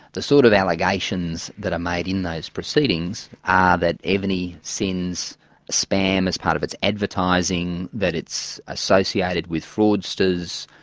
the sort of allegations that are made in those proceedings are that evony sends spam as part of its advertising, that it's associated with fraudsters,